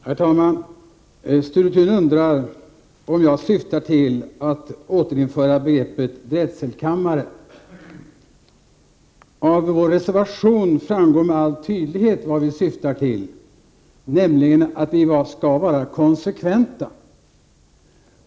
Herr talman! Sture Thun undrar om jag syftar till att man skall återinföra begreppet drätselkammare. Av vår reservation framgår med all tydlighet vad vi syftar till, nämligen att vi skall vara konsekventa.